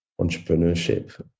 entrepreneurship